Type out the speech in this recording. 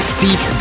Steve